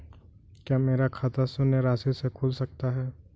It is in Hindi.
क्या मेरा खाता शून्य राशि से खुल सकता है?